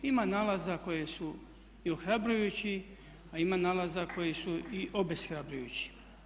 Ima nalaza koji su i ohrabrujući, a ima nalaza koji su i obeshrabrujući.